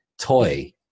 toy